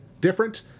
Different